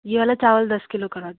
ये वाला चावल दस किलो करवा